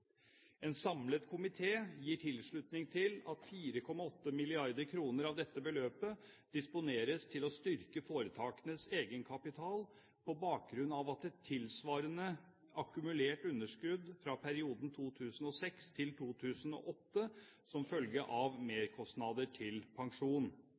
En samlet komité gir tilslutning til at 4,8 mrd. kr av dette beløpet disponeres til å styrke foretakenes egenkapital på bakgrunn av et tilsvarende akkumulert underskudd fra perioden 2006 til 2008 som følge av